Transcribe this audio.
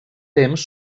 temps